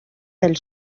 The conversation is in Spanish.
del